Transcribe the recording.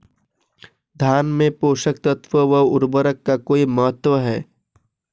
धान में पोषक तत्वों व उर्वरक का कोई महत्व है?